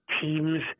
teams